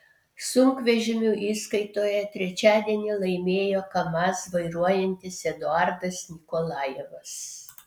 sunkvežimių įskaitoje trečiadienį laimėjo kamaz vairuojantis eduardas nikolajevas